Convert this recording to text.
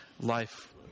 life